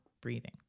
breathing